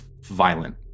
violent